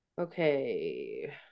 okay